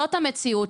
זאת המציאות,